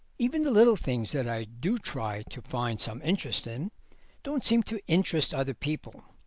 even the little things that i do try to find some interest in don't seem to interest other people.